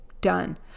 Done